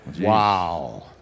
Wow